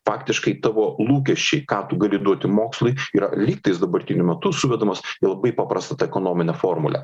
faktiškai tavo lūkesčiai ką tu gali duoti mokslui yra lygtais dabartiniu metu suvedamas į labai paprastą tą ekonominę formulę